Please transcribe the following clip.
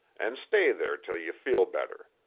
and stay there till you feel better.